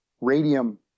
radium